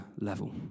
level